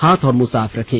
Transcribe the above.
हाथ और मुंह साफ रखें